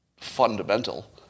fundamental